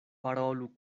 parolu